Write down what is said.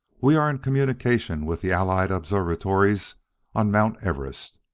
we are in communication with the allied observatories on mount everest.